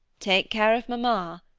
take care of mamma,